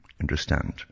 Understand